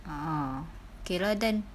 ah kira then